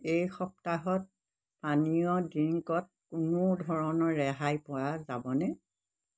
এই সপ্তাহত পানীয়ত কোনো ধৰণৰ ৰেহাই পোৱা যাবনে